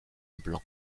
blancs